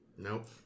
Nope